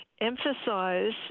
emphasize